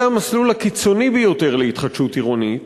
זהו המסלול הקיצוני ביותר להתחדשות עירונית,